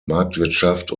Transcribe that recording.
marktwirtschaft